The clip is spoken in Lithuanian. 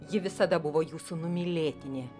ji visada buvo jūsų numylėtinė